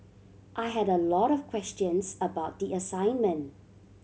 I had a lot of questions about the assignment